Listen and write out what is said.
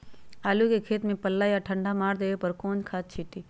आलू के खेत में पल्ला या ठंडा मार देवे पर कौन खाद छींटी?